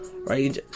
right